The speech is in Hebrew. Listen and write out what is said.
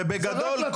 ובגדול,